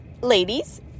ladies